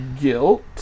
guilt